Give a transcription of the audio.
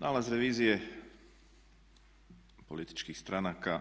Nalaz revizije političkih stranaka